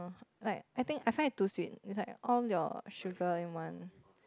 like I think I find it too sweet its like all your sugar in one